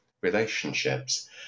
relationships